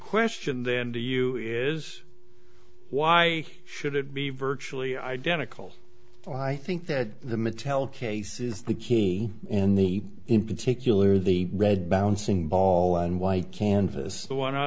question then to you is why should it be virtually identical i think that the mattel case is the key in the in particular the red bouncing ball and white kansas the on